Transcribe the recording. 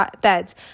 beds